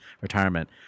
retirement